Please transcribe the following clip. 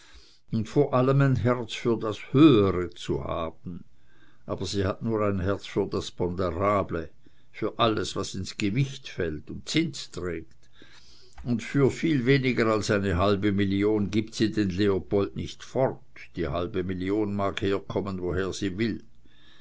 und vor allem ein herz für das höhere zu haben aber sie hat nur ein herz für das ponderable für alles was ins gewicht fällt und zins trägt und für viel weniger als eine halbe million gibt sie den leopold nicht fort die halbe million mag herkommen woher sie will